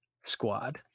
squad